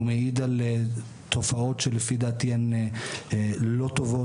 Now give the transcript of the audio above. הוא מעיד על תופעות שלפי דעתי הן לא טובות,